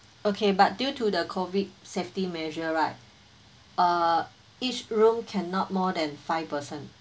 okay but due to the COVID safety measure right uh each room cannot more than five person